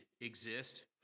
exist